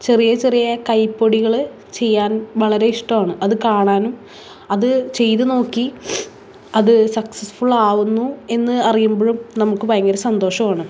ചെറിയ ചെറിയ കൈപൊടികൾ ചെയ്യാൻ വളരെ ഇഷ്ടമാണ് അത് കാണാനും അത് ചെയ്ത് നോക്കി അത് സക്സസ്ഫുള്ള് ആവുന്നു എന്ന് അറിയുമ്പോഴും നമുക്ക് ഭയങ്കര സന്തോഷമാണ്